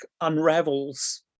unravels